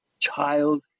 child